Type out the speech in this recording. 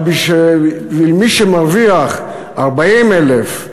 אבל בשביל מי שמרוויח 40,000,